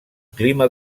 clima